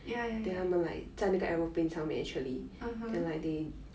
ya ya ya (uh huh)